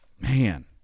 Man